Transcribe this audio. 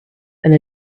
and